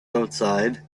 outside